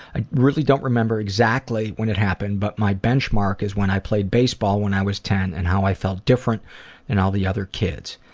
i really don't remember exactly when it happened but my benchmark is when i played baseball when i was ten and how i felt different from and all the other kids.